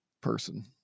person